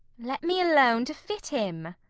let me alone to fit him.